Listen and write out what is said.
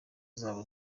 zabo